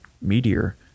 meteor